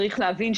צריך להבין,